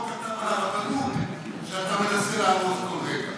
תבדוק מה הוא כתב על הרבנות שאתה מנסה להרוס כל רגע,